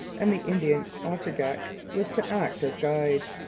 and the indian ochagach was to act as guide.